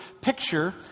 picture